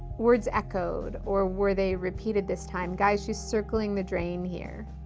words echoed, or were they repeated this time? guys, she's circling the drain here.